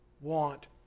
want